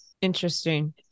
Interesting